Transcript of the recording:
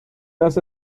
dass